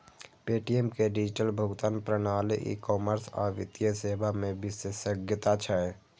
Paytm के digital भुगतान प्रणाली, ई कॉमर्स आ वित्तीय सेवा मे विशेषज्ञता छै